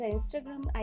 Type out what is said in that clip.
Instagram